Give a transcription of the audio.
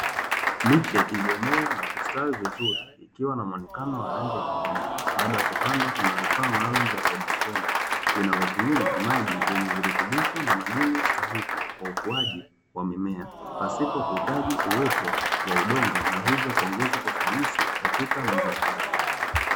Miche iliyomea na kustawi vizuri ikiwa na muonekano wa rangi ya kijani baada ya kupandwa kwenye vifaa maalumu vya haidroponi, vinavyotumia maji yenye virutubisho na madini sahihi kwa ukuaji wa mimea pasipo kuhitaji uwepo wa udongo na hivyo kuongeza ufanisi katika mazao hayo.